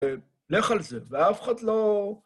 לך על זה, ואף אחד לא...